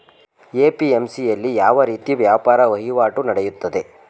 APMC ಯಲ್ಲಿ ಯಾವ ರೀತಿ ವ್ಯಾಪಾರ ವಹಿವಾಟು ನೆಡೆಯುತ್ತದೆ?